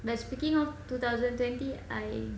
but speaking of two thousand twenty I